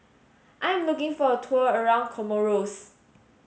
I am looking for a tour around Comoros